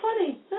funny